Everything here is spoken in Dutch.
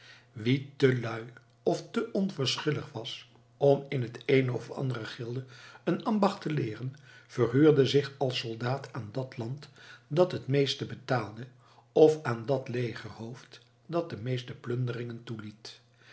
te lui of te onverschillig was om in het eene of andere gilde een ambacht te leeren verhuurde zich als soldaat aan dat land dat het meeste betaalde of aan dat legerhoofd dat de meeste plunderingen toeliet